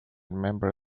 member